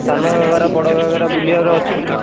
ସାନା ଘାଗରା ବଡ଼ ଘାଗରା ବୁଲିବାର ଅଛି କି